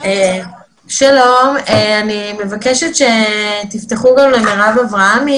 אני מבקשת שתפתחו גם למרב אברהמי,